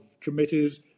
committees